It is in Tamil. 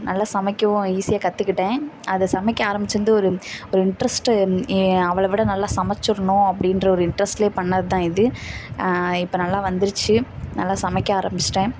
நல்லா சமைக்கவும் ஈஸியாக கற்றுக்கிட்டேன் அதை சமைக்க ஆரம்பித்தது வந்து ஒரு ஒரு இண்ட்ரஸ்ட்டு அவளை விட நல்லா சமைச்சிடணும் அப்படின்ற ஒரு இண்ட்ரஸ்ட்லேயே பண்ணது தான் இது இப்போ நல்லா வந்துருச்சு நல்லா சமைக்க ஆரம்பிச்சுட்டேன்